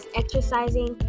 exercising